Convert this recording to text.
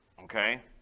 okay